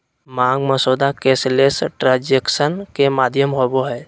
मांग मसौदा cashless transaction के माध्यम होबो हइ